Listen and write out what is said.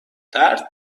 درد